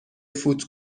فوت